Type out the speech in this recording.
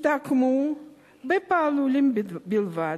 הסתכמו בפעלולים בלבד,